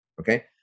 okay